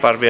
arvi